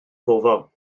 gofal